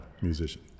musician